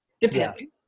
depending